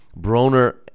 Broner